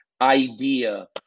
idea